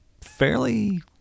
fairly